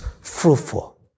fruitful